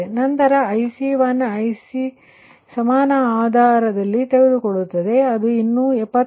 ಅದರ ನಂತರ IC1ಜೊತೆಗೆ IC1ಅನ್ನು ಸಮಾನ ಆಧಾರದಲ್ಲಿ ತೆಗೆದುಕೊಳ್ಳುತ್ತದೆ ಅದು ಇನ್ನೂ 73